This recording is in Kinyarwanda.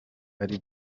ari